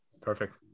Perfect